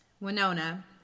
Winona